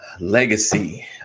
Legacy